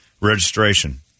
registration